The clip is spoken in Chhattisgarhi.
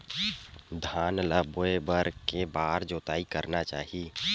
धान ल बोए बर के बार जोताई करना चाही?